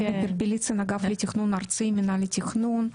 זינה פרפליצין, אגף לתכנון ארצי, מנהל התכנון.